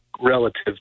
relative